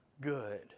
good